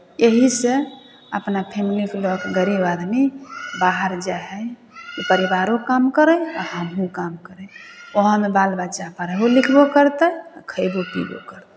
एहिसँ अपना फैमिलीकेँ लऽ कऽ गरीब आदमी बाहर जाइ हइ कि परिवारो काम करय आ हमहूँ काम करी उएहमे बाल बच्चा पढ़बो लिखबो करतै आ खयबो पीबो करतै